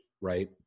right